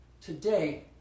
Today